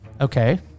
Okay